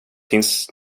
finns